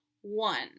one